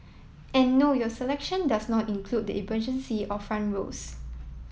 and no your selection does not include the emergency or front rows